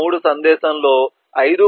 3 సందేశంలో 5